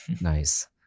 nice